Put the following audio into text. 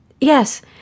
Yes